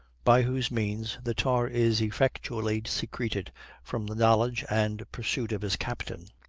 by whose means the tar is effectually secreted from the knowledge and pursuit of his captain.